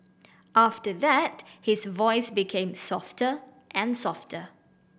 after that his voice became softer and softer